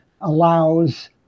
allows